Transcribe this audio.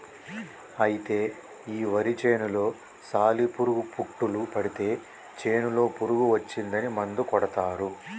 అయితే ఈ వరి చేనులో సాలి పురుగు పుట్టులు పడితే చేనులో పురుగు వచ్చిందని మందు కొడతారు